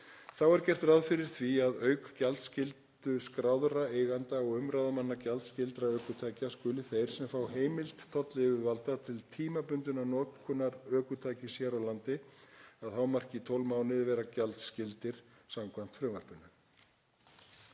Þá er gert ráð fyrir því að auk gjaldskyldu skráðra eigenda og umráðamanna gjaldskyldra ökutækja skuli þeir sem fá heimildir tollyfirvalda til tímabundinnar notkunar ökutækis hér á landi að hámarki 12 mánuði vera gjaldskyldir samkvæmt frumvarpinu.